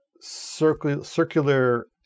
circular